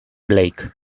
blake